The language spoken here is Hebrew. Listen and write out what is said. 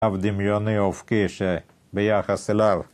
‫אף דמיוני אופקי שביחס אליו.